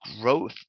growth